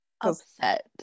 Upset